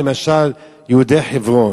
למשל, להעלות את טבח יהודי חברון?